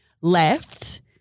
left